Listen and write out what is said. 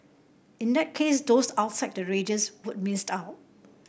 in that case those outside the radius would miss out